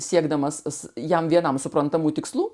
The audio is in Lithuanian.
siekdamas jam vienam suprantamų tikslų